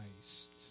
Christ